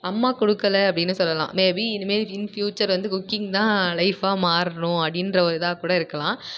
அம்மா கொடுக்கல அப்படின்னு சொல்லலாம் மேபி இனிமேல் இன் ஃப்யூச்சர் வந்து குக்கிங்தான் லைஃப்பாக மாறணும் அப்படின்ற ஒரு இதாக கூட இருக்கலாம்